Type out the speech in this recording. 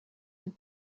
have